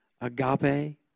Agape